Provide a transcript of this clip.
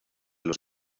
los